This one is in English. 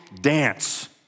dance